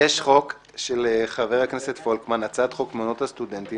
יש חוק של חבר הכנסת פולקמן הצעת חוק מעונות הסטודנטים,